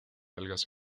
algas